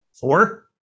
four